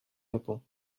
japon